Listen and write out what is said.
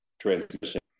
transmission